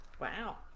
Wow